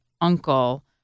uncle